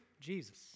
Jesus